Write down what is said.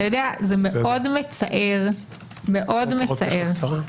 אתה יודע, זה מאוד מצער -- הצהרת פתיחה קצרה.